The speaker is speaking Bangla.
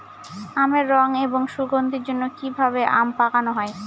আমের রং এবং সুগন্ধির জন্য কি ভাবে আম পাকানো হয়?